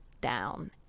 down